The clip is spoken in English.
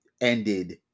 ended